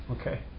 Okay